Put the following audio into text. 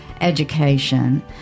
education